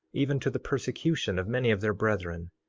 even to the persecution of many of their brethren.